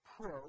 pro